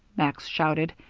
max shouted.